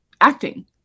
acting